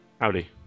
Howdy